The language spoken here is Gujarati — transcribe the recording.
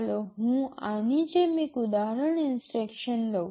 ચાલો હું આની જેમ એક ઉદાહરણ ઇન્સટ્રક્શન લઉં